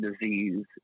disease